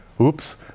oops